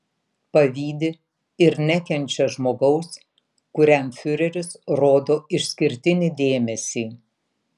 pavydi ir nekenčia žmogaus kuriam fiureris rodo išskirtinį dėmesį